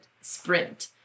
sprint